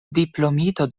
diplomito